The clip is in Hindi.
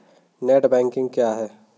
नेट बैंकिंग क्या है?